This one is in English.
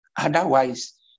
Otherwise